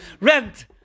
rent